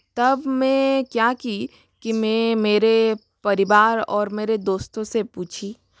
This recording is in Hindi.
तब मैं क्या की कि मैं मेरे परिवार और मेरे दोस्तों से पूछी